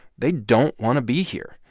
they don't want to be here.